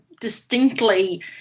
distinctly